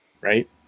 right